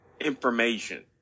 information